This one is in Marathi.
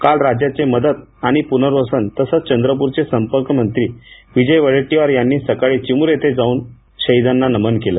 काल राज्याचे मदत आणि पूनर्वसनमंत्री तसंच चंद्रपूरचे संपर्ककमंत्री विजय वडेट्टीवार यांनी सकाळी चिमूर येथे जाऊन या शाहिदाना नमन केलं